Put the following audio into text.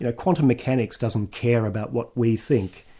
ah quantum mechanics doesn't care about what we think,